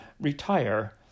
Retire